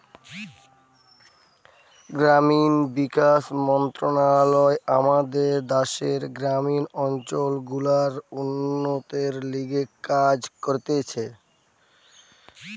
গ্রামীণ বিকাশ মন্ত্রণালয় আমাদের দ্যাশের গ্রামীণ অঞ্চল গুলার উন্নতির লিগে কাজ করতিছে